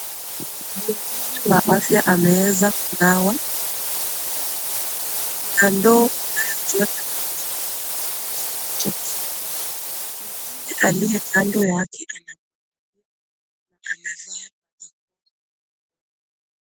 Mabasi yamewezwa kupangwa kando